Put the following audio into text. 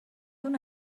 اون